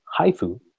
Haifu